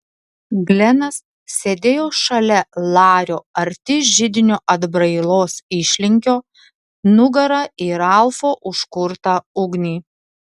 glenas sėdėjo šalia lario arti židinio atbrailos išlinkio nugara į ralfo užkurtą ugnį